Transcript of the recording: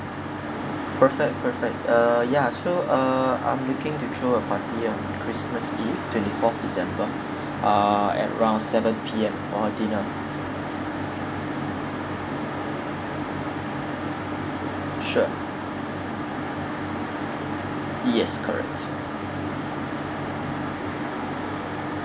perfect perfect uh ya so uh I'm looking to throw a party on christmas eve twenty fourth december ah at around seven P_M for a dinner sure yes correct